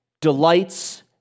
delights